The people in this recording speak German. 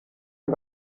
und